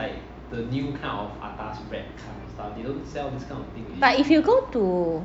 but if you go to